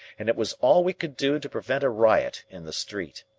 and it was all we could do to prevent a riot in the street.